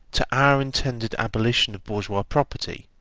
to our intended abolition of bourgeois property,